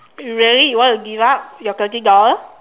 really you want to give up your thirty dollars